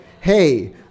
hey